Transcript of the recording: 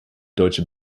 deutsche